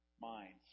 minds